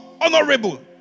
honorable